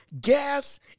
gas